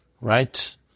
Right